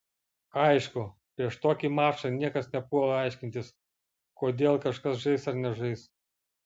aišku prieš tokį mačą niekas nepuola aiškintis kodėl kažkas žais ar nežais